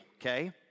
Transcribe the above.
okay